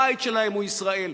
הבית שלהם הוא ישראל,